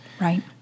Right